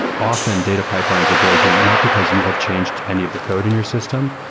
often, data pipelines are breaking not because you have changed any of the code in your system,